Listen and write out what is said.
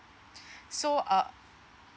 so uh